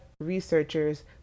researchers